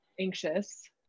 anxious